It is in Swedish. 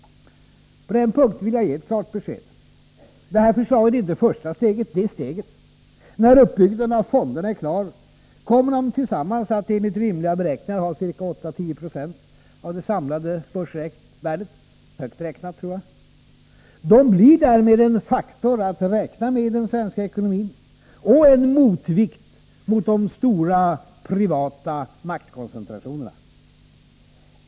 På den punkten vill jag ge ett klart besked. Detta förslag är inte det första steget. Det är steget. När uppbyggnaden av fonderna är klar, kommer de tillsammans att, enligt rimliga beräkningar, ha ca 8-10 20 av det samlade börsvärdet, högt räknat, tror jag. De blir därmed en faktor att räkna med i den svenska ekonomin och en motvikt mot de stora privata maktkoncentrationerna.